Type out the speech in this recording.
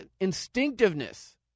instinctiveness